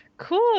Cool